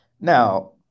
Now